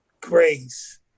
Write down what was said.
Grace